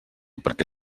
perquè